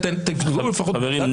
חברים,